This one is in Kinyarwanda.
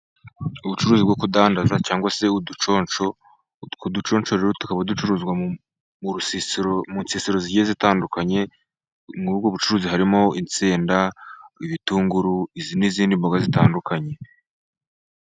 Ubucuruzi bwo kudandaza cyangwa se uduconsho, utwo duconco rero tukaba ducuruzwa mu nsisiro zigiye zitandukanye, muri ubwo bucuruzi harimo insenda, ibitunguru, n'izindi mboga zitandukanye.